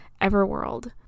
Everworld